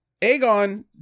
Aegon